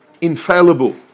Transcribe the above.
infallible